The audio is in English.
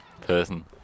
person